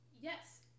Yes